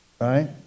right